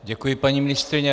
Děkuji, paní ministryně.